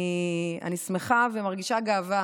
אני שמחה ומרגישה גאווה